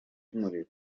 y’umuriro